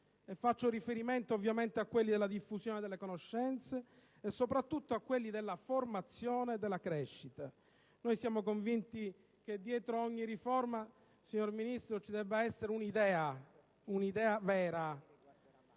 faccio riferimento ovviamente a quelli della diffusione delle conoscenze e, soprattutto, a quelli della formazione e della crescita. Noi siamo convinti che dietro ogni riforma, signora Ministro, ci debba essere un'idea, un'idea vera;